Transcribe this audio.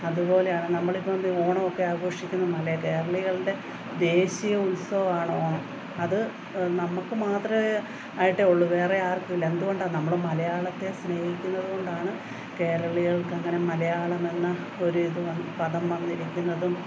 അതുപോലെയാണ് നമ്മൾ ഇപ്പം ദെ ഓണമൊക്കെ ആഘോഷിക്കുന്നു മല കേരളികളുടെ ദേശീയ ഉത്സവമാണ് ഓണം അത് നമുക്ക് മാത്രമേ ആയിട്ടേ ഉള്ളു വേറെ ആർക്കുമില്ല എന്തുകൊണ്ടാണ് നമ്മൾ മലയാളത്തെ സ്നേഹിക്കുന്നതുകൊണ്ടാണ് കേരളീയർക്ക് അങ്ങനെ മലയാളമെന്ന ഒരു ഇത് വന്ന് പദം വന്നിരിക്കുന്നതും